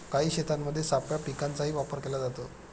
काही शेतांमध्ये सापळा पिकांचाही वापर केला जातो